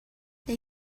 they